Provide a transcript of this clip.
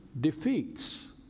defeats